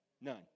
None